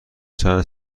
چند